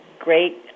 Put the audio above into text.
Great